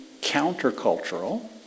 countercultural